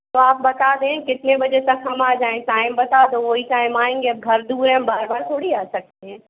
तो आप बता दें कितने बजे तक हम आ जाएं टाइम बता दो वो ही टाइम आएँगे अब घर दूर हैं हम बार बार थोड़ी आ सकते हैं